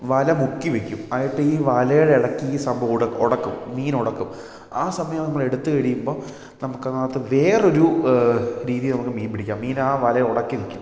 വല മുക്കി വെക്കും എന്നിട്ട് ഈ വലയുടെ ഇടക്ക് ഈ സംഭവം ഒടക്കും മീൻ ഉടക്കും ആ സമയം നമ്മൾ എടുത്ത് കഴിയുമ്പോൾ നമുക്ക് അതിനകത്ത് വേറൊരു രീതി നമുക്ക് മീൻ പിടിക്കാം മീൻ ആ വല ഉടക്കി നിൽക്കും